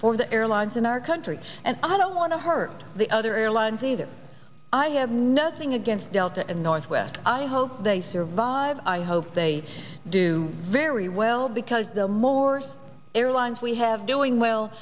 for the airlines in our country and i don't want to hurt the other airlines either i have nothing against delta and northwest i hope they serve five i hope they do very well because the more airlines we have doing well